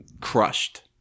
crushed